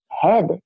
head